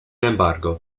embargo